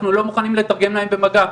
אנחנו לא מוכנים לתרגם להם במגע.